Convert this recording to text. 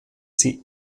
sie